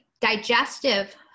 digestive